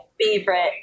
favorite